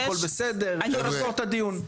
כי אם הכל בסדר אפשר לסגור את הדיון.